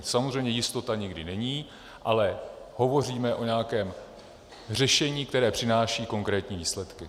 Samozřejmě jistota nikdy není, ale hovoříme o nějakém řešení, které přináší konkrétní výsledky.